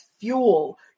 fuel